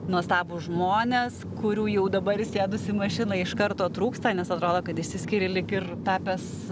nuostabūs žmonės kurių jau dabar įsėdus į mašiną iš karto trūksta nes atrodo kad išsiskiri lyg ir tapęs